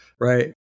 Right